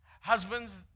Husbands